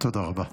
תודה רבה.